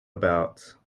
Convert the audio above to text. about